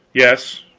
yes,